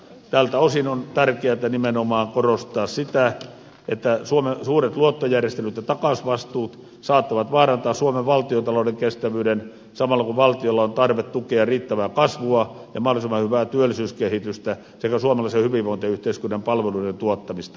tältä osin on tärkeätä nimenomaan korostaa sitä että suomen suuret luottojärjestelyt ja takausvastuut saattavat vaarantaa suomen valtiontalouden kestävyyden samalla kun valtiolla on tarve tukea riittävää kasvua ja mahdollisimman hyvää työllisyyskehitystä sekä suomalaisen hyvinvointiyhteiskunnan palveluiden tuottamista